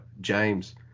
James